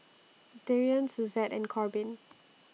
Darion Suzette and Corbin